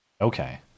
Okay